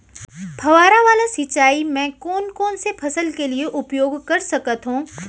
फवारा वाला सिंचाई मैं कोन कोन से फसल के लिए उपयोग कर सकथो?